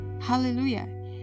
Hallelujah